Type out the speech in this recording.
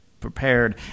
prepared